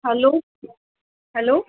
hello hello